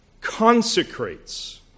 consecrates